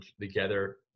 together